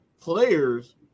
players